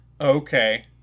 okay